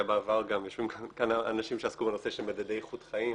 היה בעבר גם יש כאן אנשים שעסקו בנושא של מדדי איכות חיים,